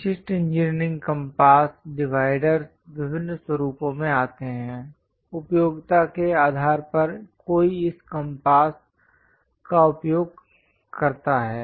विशिष्ट engineering compass divider विभिन्न स्वरूपों में आते हैं उपयोगिता के आधार पर कोई इस कंपास का उपयोग करता है